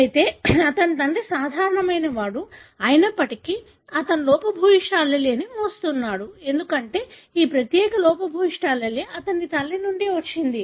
అయితే అతని తండ్రి సాధారణమైనవాడు అయినప్పటికీ అతను లోపభూయిష్ట allele మోస్తున్నాడు ఎందుకంటే ఈ ప్రత్యేక లోపభూయిష్ట allele అతని తల్లి నుండి వచ్చింది